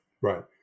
right